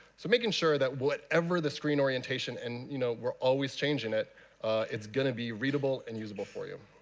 so making sure that whatever the screen orientation and you know we're always changing it it's going to be readable and usable for you.